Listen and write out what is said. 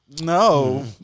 No